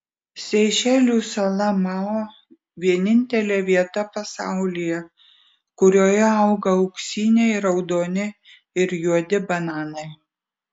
seišelių sala mao vienintelė vieta pasaulyje kurioje auga auksiniai raudoni ir juodi bananai